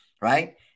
right